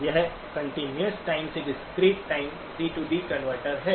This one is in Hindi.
यह कंटीन्यूअस टाइम से discrete time C D converter CD converter है